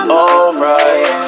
alright